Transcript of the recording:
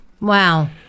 Wow